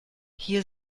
hier